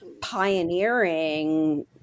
pioneering